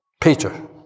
Peter